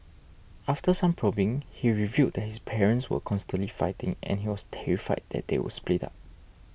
after some probing he revealed that his parents were constantly fighting and he was terrified that they would split up